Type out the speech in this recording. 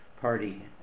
party